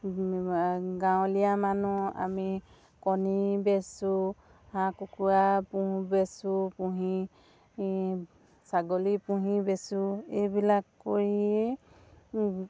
গাঁৱলীয়া মানুহ আমি কণী বেচোঁ হাঁহ কুকুৰা পোহোঁ বেচোঁ পুহি ছাগলী পুহি বেচোঁ এইবিলাক কৰিয়ে